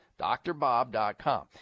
drbob.com